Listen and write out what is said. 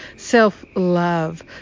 self-love